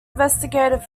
investigated